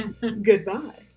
Goodbye